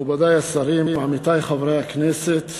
מכובדי השרים, עמיתי חברי הכנסת,